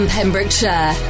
Pembrokeshire